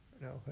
No